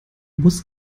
muss